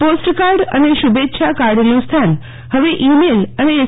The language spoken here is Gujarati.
પોસ્ટકાર્ડ અને શુભેચ્છા કાર્ડનુ સ્થાન હવે ઈ મેલ અને એસ